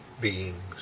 Beings